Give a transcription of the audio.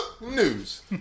News